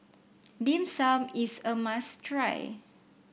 Dim Sum is a must try